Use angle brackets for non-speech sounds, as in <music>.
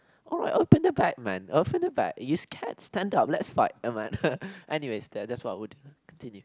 oh like open the bag man open the bag you can stand up let's fight am I <laughs> anyway that's what I would do continue